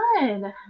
Good